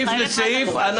אחרי זה תסיימי את הסקירה שלך.